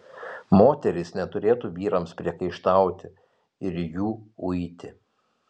moterys neturėtų vyrams priekaištauti ir jų uiti